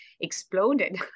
exploded